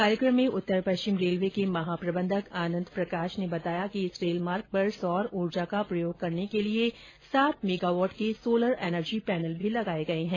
कार्यक्रम में उत्तर पश्चिम रेलवे के महाप्रबंधक आनन्द प्रकाश ने बताया कि इस रेल मार्ग पर सौर ऊर्जा का प्रयोग करने के लिए सात मेगावाट के सोलर एनर्जी पैनल भी लगाये गये हैं